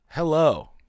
Hello